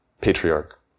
patriarch